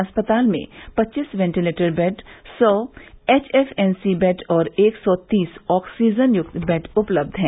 अस्पताल में पच्चीस वॅटीलेटर बेड एक सौ एचएफएनसी बेड और एक सौ तीस ऑक्सीजनयुक्त बेड उपलब्ध हैं